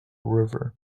river